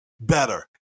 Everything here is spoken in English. better